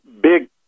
big